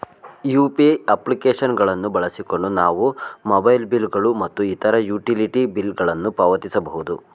UPI application ಗಳನ್ನು ಬಳಸಿಕೊಂಡು ನಾವು ಮೊಬೈಲ್ ಬಿಲ್ ಗಳು ಮತ್ತು ಇತರ ಯುಟಿಲಿಟಿ ಬಿಲ್ ಗಳನ್ನು ಪಾವತಿಸಬಹುದು